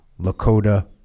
Lakota